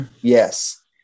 yes